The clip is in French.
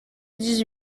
dix